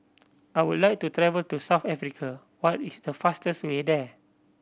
I would like to travel to South Africa what is the fastest way there